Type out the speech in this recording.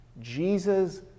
Jesus